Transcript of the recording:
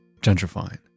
gentrifying